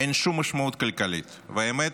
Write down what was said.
אין שום משמעות כלכלית, והאמת,